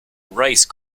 rice